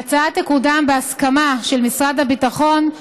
ההצעה תקודם בהסכמה של משרד הביטחון,